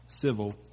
civil